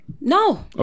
No